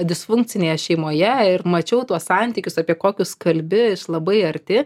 disfunkcinėje šeimoje ir mačiau tuos santykius apie kokius kalbi labai arti